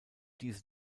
diese